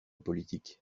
politique